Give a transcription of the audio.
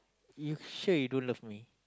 you sure you don't love me